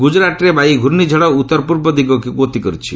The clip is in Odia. ଗୁଜରାଟ୍ରେ ବାୟୁ ପ୍ରର୍ଷ୍ଣିଝଡ଼ ଉତ୍ତର ପୂର୍ବ ଦିଗକୁ ଗତି କରୁଛି